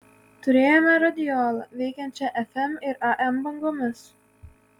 turėjome radiolą veikiančią fm ir am bangomis